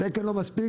התקן לא מספיק.